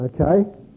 okay